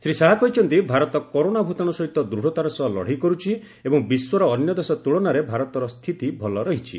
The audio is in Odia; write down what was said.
ଶ୍ରୀ ଶାହା କହିଛନ୍ତି ଭାରତ କରୋନା ଭ୍ତାଣୁ ସହିତ ଦୂଢ଼ତାର ସହ ଲଢ଼େଇ କରୁଛି ଏବଂ ବିଶ୍ୱର ଅନ୍ୟ ଦେଶ ତୁଳନାରେ ଭାରତର ସ୍ଥିତି ଭଲ ରହିଛି